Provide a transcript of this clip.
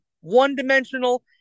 one-dimensional